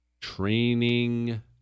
training